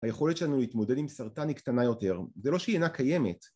היכולת שלנו להתמודד עם סרטן היא קטנה יותר, זה לא שהיא אינה קיימת